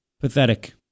Pathetic